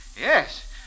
Yes